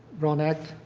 brown act.